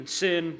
sin